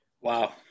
wow